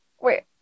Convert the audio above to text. Wait